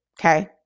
okay